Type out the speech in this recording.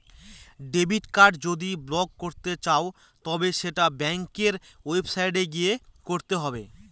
debit card যদি block করতে চাও তবে সেটা ব্যাঙ্কের ওয়েবসাইটে গিয়ে করতে হবে